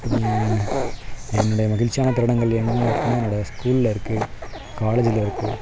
என்னுடைய மகிழ்ச்சியான தருணங்கள் எங்கே இருக்குதுன்னா என்னோடய ஸ்கூலில் இருக்குது காலேஜில் இருக்குது